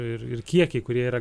ir ir kiekiai kurie yra